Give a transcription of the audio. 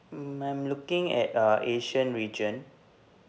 hmm I'm looking at uh asian region